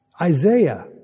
Isaiah